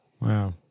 Wow